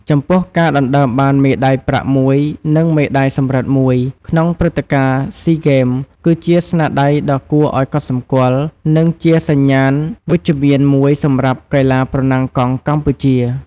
ចំពោះ ការដណ្ដើមបាន មេដៃប្រាក់មួយ និងមេដៃសំរឹទ្ធមួយ ក្នុងព្រឹត្តិការណ៍ស៊ីហ្គេម គឺជាស្នាដៃដ៏គួរឲ្យកត់សម្គាល់ និងជាសញ្ញាណវិជ្ជមានមួយសម្រាប់កីឡាប្រណាំងកង់កម្ពុជា។